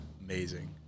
amazing